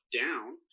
down